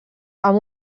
amb